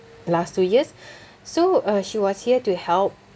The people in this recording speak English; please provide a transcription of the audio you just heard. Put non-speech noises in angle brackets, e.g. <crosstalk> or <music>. last two years <breath> so uh she was here to help